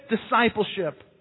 discipleship